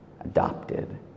adopted